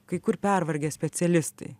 kai kur pervargę specialistai